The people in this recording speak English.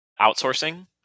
outsourcing